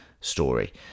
story